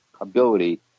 ability